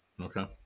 Okay